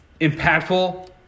Impactful